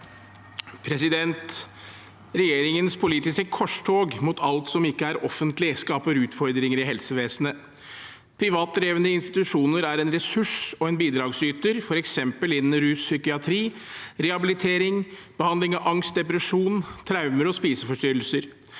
Regjeringens poli- tiske korstog mot alt som ikke er offentlig, skaper utfordringer i helsevesenet. Privatdrevne institusjoner er en ressurs og en bidragsyter, f.eks. innen rus, psykiatri, rehabilitering og behandling av angst, depresjon, traumer og spiseforstyrrelser.